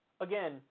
Again